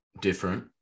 different